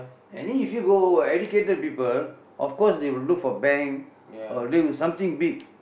and if you go educated people of course they will look for bank or do something big